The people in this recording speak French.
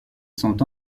sont